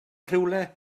rhywle